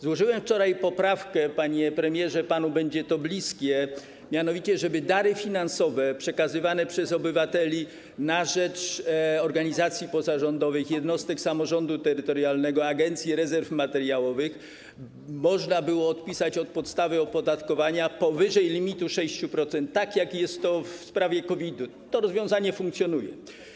Złożyłem wczoraj poprawkę - panie premierze, panu będzie to bliskie - mianowicie, żeby dary finansowe przekazywane przez obywateli na rzecz organizacji pozarządowych, jednostek samorządu terytorialnego, Agencji Rezerw Materiałowych, można było odpisać od podstawy opodatkowania powyżej limitu 6%, tak jak jest w sprawie COVID-u, to rozwiązanie funkcjonuje.